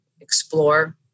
explore